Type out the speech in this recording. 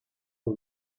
the